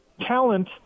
Talent